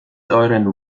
euren